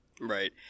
Right